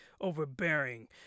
overbearing